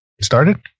started